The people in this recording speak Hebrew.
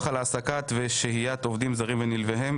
על העסקת ושהיית עובדים זרים ונלווהם,